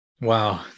Wow